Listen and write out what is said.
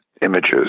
Images